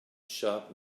sharp